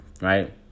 Right